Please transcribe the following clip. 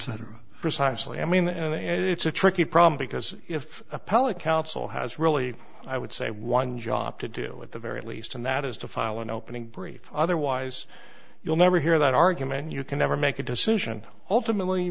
that precisely i mean and it's a tricky problem because if the public council has really i would say one job to do with the very least and that is to file an opening brief otherwise you'll never hear that argument you can never make a decision ultimately